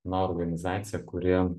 na organizacija kuri